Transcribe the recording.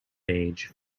age